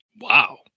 Wow